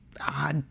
odd